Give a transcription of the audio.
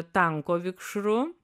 tanko vikšru